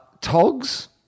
Togs